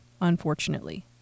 unfortunately